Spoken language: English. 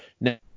Now